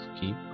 keep